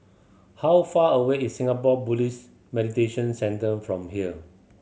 how far away is Singapore Buddhist Meditation Centre from here